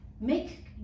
Make